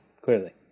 Clearly